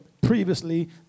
previously